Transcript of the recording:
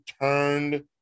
turned